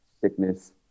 sickness